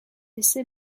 essai